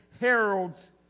heralds